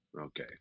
Okay